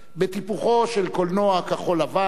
בטיפוחו של קולנוע כחול-לבן,